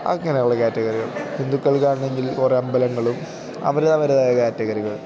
അങ്ങനെയുള്ള ക്യാറ്റഗറികൾ ഹിന്ദുക്കൾക്കാണെങ്കിൽ ഒരമ്പലങ്ങളും അവരതവരുടേതായ ക്യാറ്റഗറികൾ